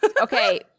Okay